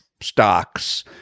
stocks